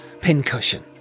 Pincushion